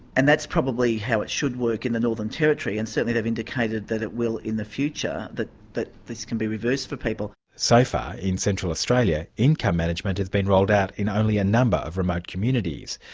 and that's probably how it should work in the northern territory, and certainly they've indicated that it will in the future, that this can be reversed for people. so far in central australia, income management has been rolled out in only a number of remote communities,